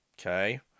Okay